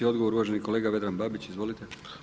Odgovor uvaženi kolega Vedran Babić, izvolite.